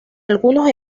algunos